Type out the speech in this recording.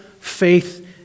faith